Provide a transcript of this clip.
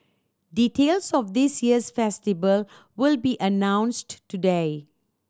details of this year's festival will be announced today